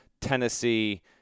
Tennessee